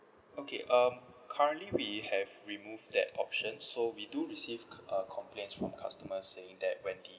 okay um currently we have removed that option so we do received com~ uh complain from customer saying that when the